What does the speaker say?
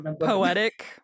poetic